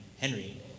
Henry